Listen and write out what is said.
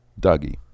Dougie